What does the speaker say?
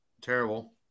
Terrible